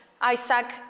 Isaac